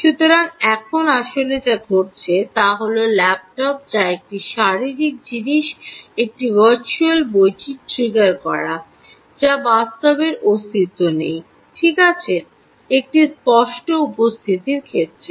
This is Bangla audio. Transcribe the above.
সুতরাং এখন আসলে যা ঘটছে তা হল ল্যাপটপ যা একটি শারীরিক জিনিস একটি ভার্চুয়াল বইটি ট্রিগার করা যা বাস্তবের অস্তিত্ব নেই ঠিক আছে একটি স্পষ্ট উপস্থিতির ক্ষেত্রে